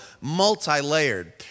multi-layered